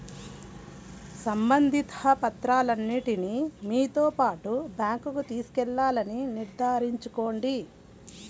సంబంధిత పత్రాలన్నింటిని మీతో పాటు బ్యాంకుకు తీసుకెళ్లాలని నిర్ధారించుకోండి